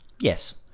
Yes